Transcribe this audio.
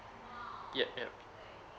yup yup